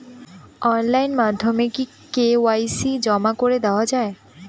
Online মাধ্যমে কি KYC জমা করে দেওয়া য়ায়?